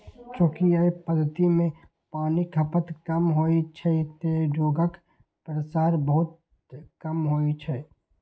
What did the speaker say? चूंकि अय पद्धति मे पानिक खपत कम होइ छै, तें रोगक प्रसार बहुत कम होइ छै